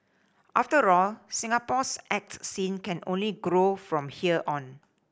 after all Singapore's art scene can only grow from here on